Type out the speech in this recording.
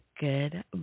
good